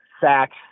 sacks